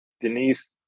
denise